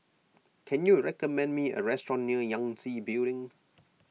can you recommend me a restaurant near Yangtze Building